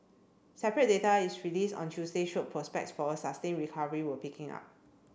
separate data released on Tuesday showed prospects for a sustained recovery were picking up